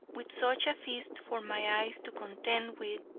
with such a feast for my eyes to contend with,